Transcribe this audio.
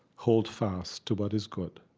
hold fast to what is good.